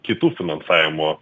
kitų finansavimo